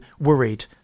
worried